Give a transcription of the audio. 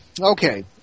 okay